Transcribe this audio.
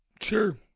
Sure